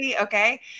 Okay